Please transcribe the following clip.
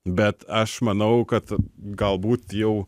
bet aš manau kad galbūt jau